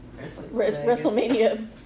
Wrestlemania